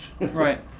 Right